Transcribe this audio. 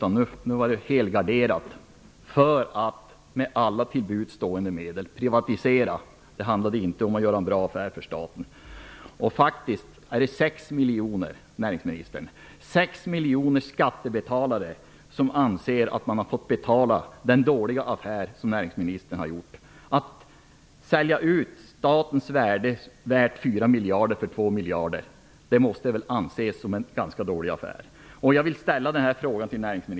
Nu var det helgarderat för att med alla till buds stående medel privatisera. Det handlade inte om att göra en bra affär för staten. Sex miljoner skattebetalare anser att de har fått betala den dåliga affär som näringsministern har gjort. Att sälja ut statens företag värt 4 miljarder för 2 miljarder måste väl anses som en ganska dålig affär.